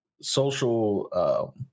social